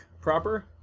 proper